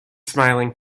smiling